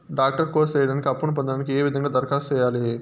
Doctor course సేయడానికి అప్పును పొందడానికి ఏ విధంగా దరఖాస్తు సేయాలి?